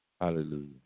Hallelujah